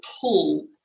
pull